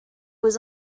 was